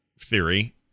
theory